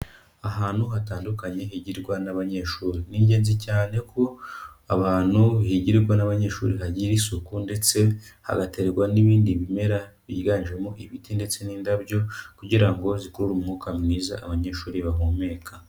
Ahantu hatandukanye higirwa n'abanyeshuri. Ni ingenzi cyane ko aho hantu higirwa n'abanyeshuri hagira isuku ndetse hagaterwa n'ibindi bimera byiganjemo ibiti ndetse n'indabyo, kugira ngo zikurure umwuka mwiza abanyeshuri bahumeka.